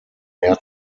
mehr